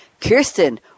Kirsten